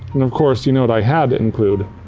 and, of course, you know what i had to include.